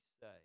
say